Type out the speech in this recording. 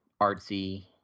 artsy